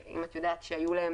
אם את יודעת שהיו להם,